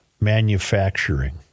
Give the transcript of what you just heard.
manufacturing